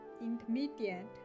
intermediate